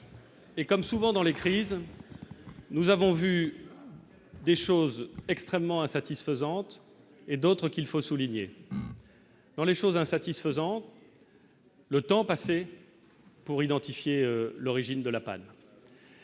et comme souvent dans les crises, nous avons vu des choses extrêmement insatisfaisante et d'autres qu'il faut souligner dans les choses insatisfaisant le temps passé pour identifier l'origine de la panne,